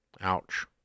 Ouch